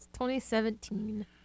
2017